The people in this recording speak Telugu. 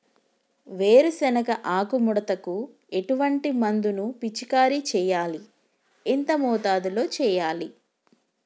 వేరుశెనగ ఆకు ముడతకు ఎటువంటి మందును పిచికారీ చెయ్యాలి? ఎంత మోతాదులో చెయ్యాలి?